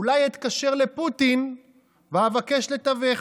אולי אתקשר לפוטין ואבקש לתווך?